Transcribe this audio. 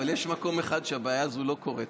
אבל יש מקום אחד שבו הבעיה הזאת לא קורית,